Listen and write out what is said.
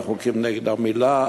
והחוקים נגד המילה,